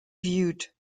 viewed